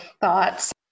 thoughts